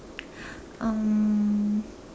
um